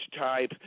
type